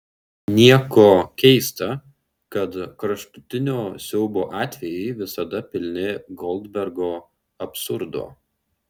nieko keista kad kraštutinio siaubo atvejai visada pilni goldbergo absurdo